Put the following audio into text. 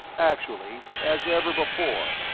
actually, as ever before,